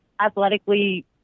athletically